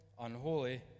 unholy